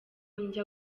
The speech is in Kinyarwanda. njya